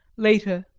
later.